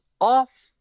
off